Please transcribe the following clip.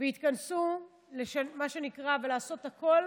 ויתכנסו מה שנקרא לעשות הכול